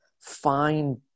find